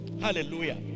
Hallelujah